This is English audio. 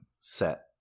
set